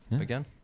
again